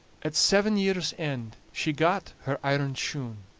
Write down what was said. at seven years' end she got her iron shoon,